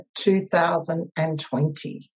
2020